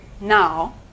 now